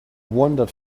wandered